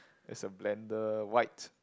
there's a blender right